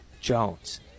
Jones